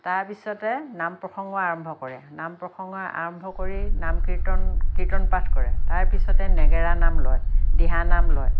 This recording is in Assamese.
তাৰ পিছতে নাম প্ৰসংগ আৰম্ভ কৰে নাম প্ৰসংগ আৰম্ভ কৰি নাম কীৰ্তন কীৰ্তন পাঠ কৰে তাৰ পিছতে নেগেৰা নাম লয় দিহানাম লয়